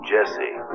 Jesse